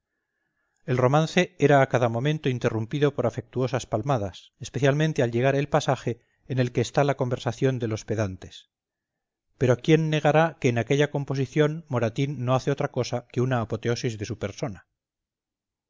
el romance era a cada momento interrumpido por afectuosas palmadas especialmente al llegar al pasaje en que está la conversación de los pedantes pero quién negará que en aquella composición moratín no hace otra cosa que una apoteosis de su persona